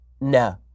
no